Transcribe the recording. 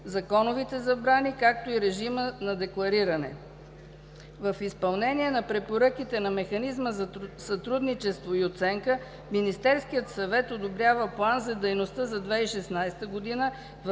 законовите забрани, както и режима на деклариране. В изпълнение на препоръките по Механизма за сътрудничество и оценка Министерският съвет одобрява План за действие за 2016 г., в